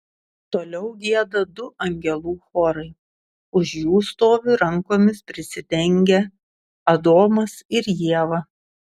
toliau gieda du angelų chorai už jų stovi rankomis prisidengę adomas ir ieva